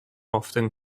often